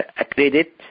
accredit